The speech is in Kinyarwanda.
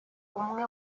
umwe